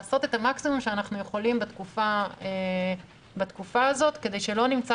לעשות את המקסימום שאנחנו יכולים בתקופה הזאת כדי שלא נמצא